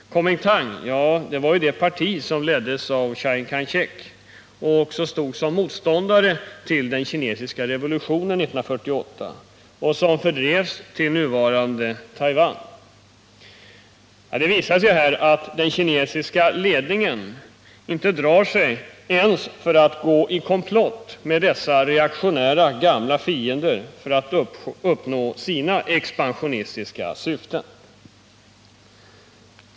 Kuomintang var det parti som leddes av Chiang Kai-shek och stod som motståndare till den kinesiska revolutionen 1948 och som fördrevs till nuvarande Taiwan. Det visar sig att den kinesiska ledningen inte ens drar sig för att gå i komplott med dessa reaktionära gamla fiender för att uppnå sina expansionistiska syften.